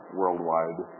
worldwide